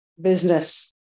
business